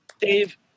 Dave